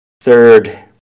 Third